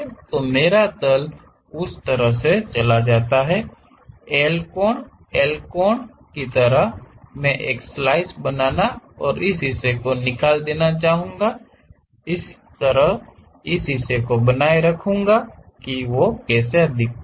तो मेरा तल उस तरह से चला जाता है एल कोण एल कोण तल की तरह मैं एक स्लाइस बनाना और इस हिस्से को निकालना चाहूंगा इसे इस तरह बनाए रखूंगा कि यह कैसा दिखता है